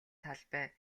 талбай